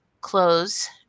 close